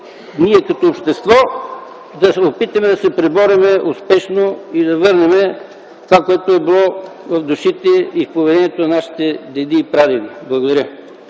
ние като общество се опитаме да се преборим успешно и да върнем това, което е било в душите и в поведението на нашите деди и прадеди! Благодаря.